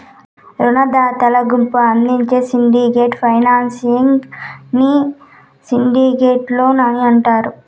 రునదాతల గుంపు అందించే సిండికేట్ ఫైనాన్సింగ్ ని సిండికేట్ లోన్ అంటారు